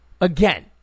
again